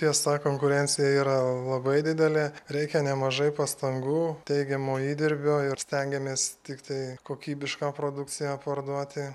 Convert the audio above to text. tiesa konkurencija yra labai didelė reikia nemažai pastangų teigiamo įdirbio ir stengiamės tiktai kokybišką produkciją parduoti